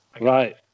right